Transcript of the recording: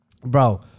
Bro